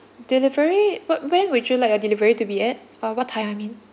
delivery but when would you like a delivery to be at err what time I mean